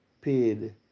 paid